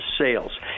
sales